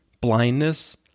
blindness